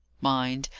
mind!